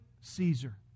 Caesar